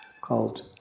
called